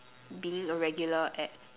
being a regular at